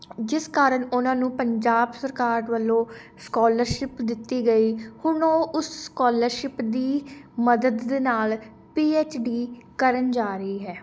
ਜਿਸ ਕਾਰਨ ਉਹਨਾਂ ਨੂੰ ਪੰਜਾਬ ਸਰਕਾਰ ਵੱਲੋਂ ਸਕੋਲਰਸ਼ਿਪ ਦਿੱਤੀ ਗਈ ਹੁਣ ਉਹ ਉਸ ਸਕੋਲਰਸ਼ਿਪ ਦੀ ਮਦਦ ਦੇ ਨਾਲ਼ ਪੀਐੱਚਡੀ ਕਰਨ ਜਾ ਰਹੀ ਹੈ